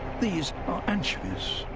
these are anchovies.